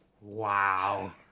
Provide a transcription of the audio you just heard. Wow